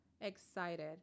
excited